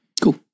Cool